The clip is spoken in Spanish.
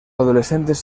adolescentes